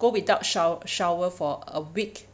go without shower shower for a week